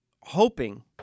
hoping